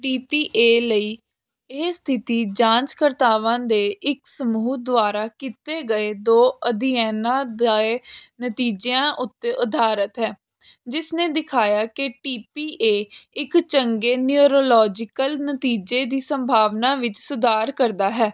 T P A ਲਈ ਇਹ ਸਥਿਤੀ ਜਾਂਚ ਕਰਤਾਵਾਂ ਦੇ ਇੱਕ ਸਮੂਹ ਦੁਆਰਾ ਕੀਤੇ ਗਏ ਦੋ ਅਧਿਐਨਾਂ ਦੇ ਨਤੀਜਿਆਂ ਉੱਤੇ ਅਧਾਰਤ ਹੈ ਜਿਸ ਨੇ ਦਿਖਾਇਆ ਕਿ ਟੀ ਪੀ ਏ ਇੱਕ ਚੰਗੇ ਨਿਊਰੋਲੋਜੀਕਲ ਨਤੀਜੇ ਦੀ ਸੰਭਾਵਨਾ ਵਿੱਚ ਸੁਧਾਰ ਕਰਦਾ ਹੈ